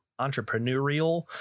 entrepreneurial